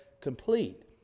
complete